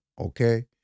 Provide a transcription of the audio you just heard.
okay